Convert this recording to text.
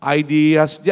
ideas